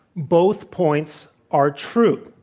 both points are true.